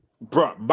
bro